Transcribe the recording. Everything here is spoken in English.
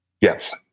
Yes